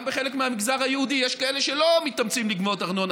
גם בחלק מהמגזר היהודי יש כאלה שלא מתאמצים לגבות ארנונה,